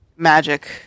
Magic